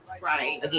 Right